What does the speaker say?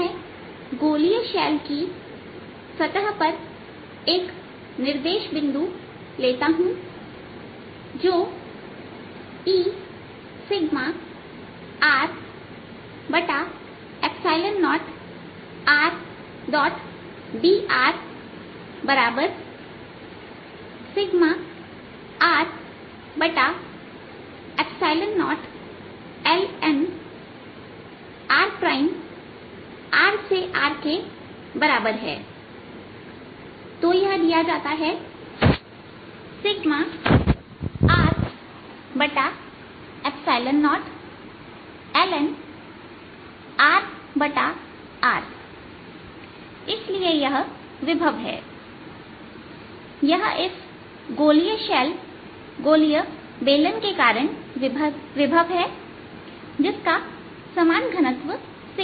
मैं गोलीय शैल की सतह पर एक निर्देश बिंदु लेता हूं जोEσR0rdr R0ln rrRके बराबर है तो यह दिया जाता हैR0ln इसलिए यह विभव है यह इस गोलीय शैल गोलीय बेलन के कारण विभव है जिसका समान घनत्व है